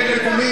אין נתונים.